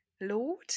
Lord